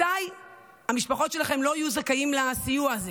אזי המשפחות שלכם לא תהיינה זכאיות לסיוע הזה.